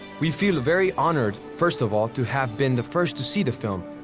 we feel very honored, first of all, to have been the first to see the film.